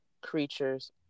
creatures